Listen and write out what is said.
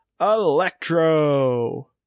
Electro